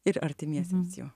ir artimiesiems jo